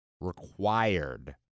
required